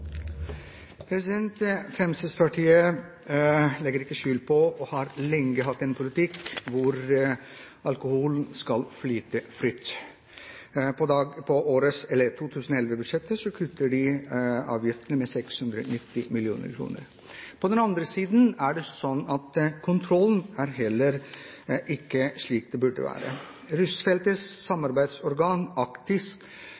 Fremskrittspartiet legger ikke skjul på at de har, og lenge har hatt, en politikk hvor alkoholen skal flyte fritt. På 2011-budsjettet kutter de avgiftene med 690 mill. kr. På den andre siden er det sånn at kontrollen heller ikke er slik den burde være. Rusfeltets